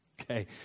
Okay